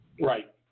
Right